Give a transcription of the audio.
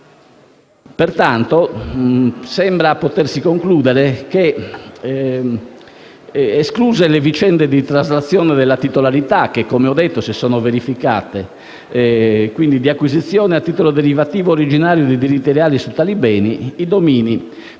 pertanto potersi concludere che, escluse le vicende di traslazione della titolarità che si sono verificate e quindi di acquisizione a titolo derivativo originario di diritti reali su tali beni, i domini